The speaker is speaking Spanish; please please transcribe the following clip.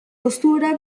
postura